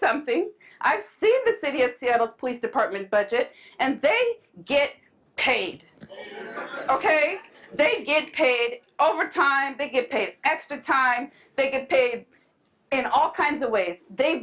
something i see in the city of seattle police department budget and they get paid ok they get paid overtime they get paid extra time they get paid in all kinds of ways they